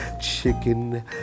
chicken